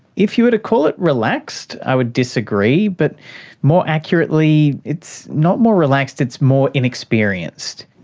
if you were to call it relaxed, i would disagree, but more accurately it's not more relaxed, it's more inexperienced.